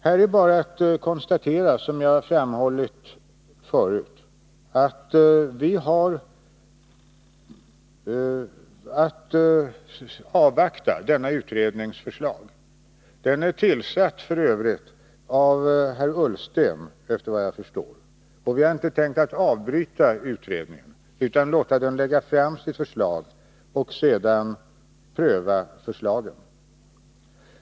Här är bara att konstatera, som jag framhållit förut, att vi har att avvakta denna utrednings förslag. Den är f. ö. tillsatt av herr Ullsten, efter vad jag förstår, och vi har inte tänkt avbryta utredningen utan låta den lägga fram sitt förslag, och sedan får vi pröva förslaget.